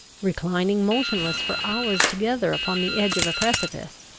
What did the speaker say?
reclining motionless for hours together upon the edge of a precipice,